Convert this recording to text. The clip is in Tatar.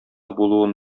булуын